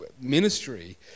ministry